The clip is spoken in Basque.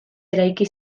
eraiki